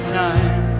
time